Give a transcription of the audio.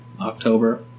October